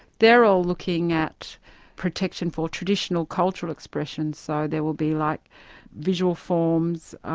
they're all looking at protection for traditional cultural expression, so there will be like visual forms,